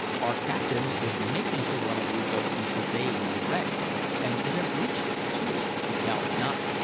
our captain was making for one of these openings the day we were wrecked and would have reached it, too, i doubt not,